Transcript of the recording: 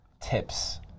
tips